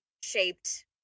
shaped